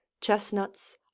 Chestnuts